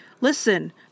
listen